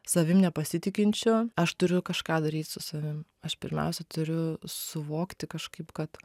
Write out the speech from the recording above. savim nepasitikinčiu aš turiu kažką daryt su savim aš pirmiausia turiu suvokti kažkaip kad